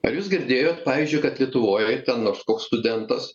ar jūs girdėjot pavyzdžiui kad lietuvoj ten nors koks studentas